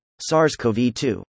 SARS-CoV-2